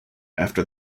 after